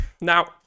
Now